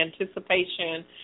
anticipation